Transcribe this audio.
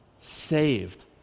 saved